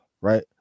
right